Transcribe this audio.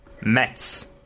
Mets